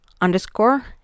underscore